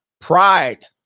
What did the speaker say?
Pride